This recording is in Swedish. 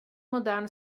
modern